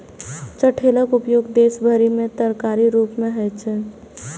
चठैलक उपयोग देश भरि मे तरकारीक रूप मे होइ छै